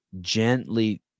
gently